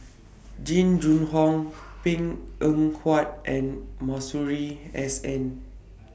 Jing Jun Hong Png Eng Huat and Masuri S N